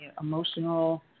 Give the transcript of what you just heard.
emotional